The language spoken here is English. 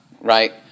right